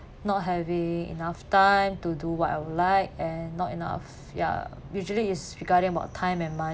not having enough time to do what I would like and not enough ya usually is regarding about time and